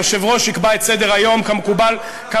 היושב-ראש יקבע את סדר-היום כמקובל.